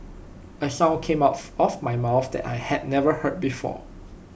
A sound came of of my mouth that I'd never heard before